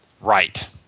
Right